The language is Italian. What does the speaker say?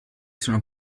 sono